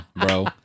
bro